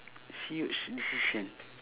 huge decision